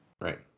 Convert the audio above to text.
Right